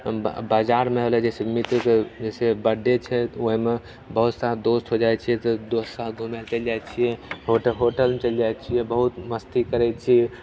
बजारमे होलै जैसे मित्रके जैसे बर्थडे छै तऽ ओहिमे बहुत सारा दोस्त हो जाइत छियै तऽ दोस्तके साथ घूमे लऽ चलि जाइ छियै होटलमे चलि जाइ छियै बहुत मस्ती करैत छियै